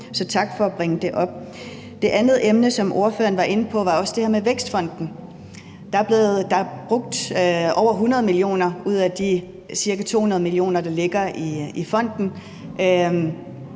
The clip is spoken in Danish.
Så tak for at bringe det op. Det andet emne, som ordføreren var inde på, var også det her med Vækstfonden, og der er jo blevet brugt over 100 mio. kr. ud af de ca. 200 mio. kr., der ligger i fonden.